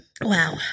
Wow